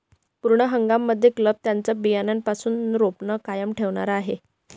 पूर्ण हंगाम मध्ये क्लब त्यांचं बियाण्यापासून रोपण कायम ठेवणार आहे